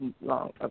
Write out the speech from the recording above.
long